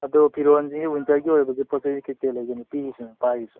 ꯑꯗꯣ ꯐꯤꯔꯣꯟꯁꯦ ꯋꯤꯟꯇꯔꯒꯤ ꯑꯣꯏꯕꯁꯦ ꯄꯣꯠ ꯆꯩꯁꯦ ꯀꯩ ꯀꯩ ꯂꯩꯒꯦ ꯅꯨꯄꯤꯒꯤꯁꯨ ꯅꯨꯄꯥꯒꯤꯁꯨ